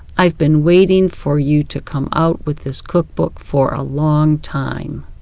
i have been waiting for you to come out with this cookbook for a long time.